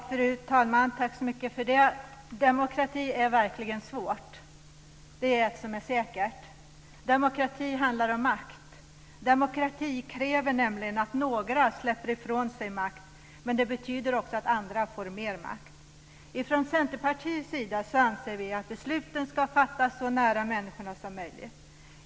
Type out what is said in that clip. Fru talman! Demokrati är verkligen svårt, det är ett som är säkert. Demokrati handlar om makt. Demokrati kräver nämligen att några släpper ifrån sig makt, men det betyder också att andra får mer makt. Från Centerpartiets sida anser vi att besluten ska fattas så nära människorna som möjligt.